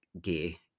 gay